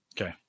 Okay